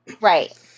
right